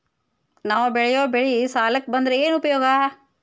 ನಾವ್ ಬೆಳೆಯೊ ಬೆಳಿ ಸಾಲಕ ಬಂದ್ರ ಏನ್ ಉಪಯೋಗ?